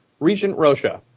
regent rosha?